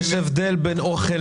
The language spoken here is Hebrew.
יש הבדל בין אוכל